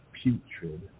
putrid